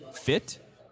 fit